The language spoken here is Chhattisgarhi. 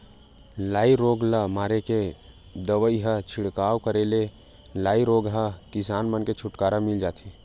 लाई रोग ल मारे के दवई ल छिड़काव करे ले लाई रोग ह किसान मन ले छुटकारा मिल जथे